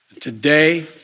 Today